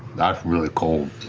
that's really cold.